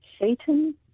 Satan